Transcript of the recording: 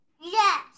Yes